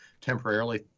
temporarily